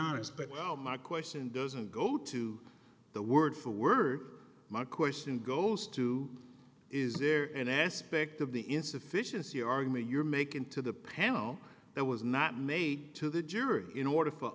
honest but my question doesn't go to the word for word my question goes to is there an aspect of the insufficiency argument you're making to the panel that was not made to the jury in order for